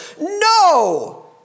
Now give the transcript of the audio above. No